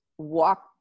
walk